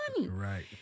Right